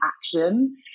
action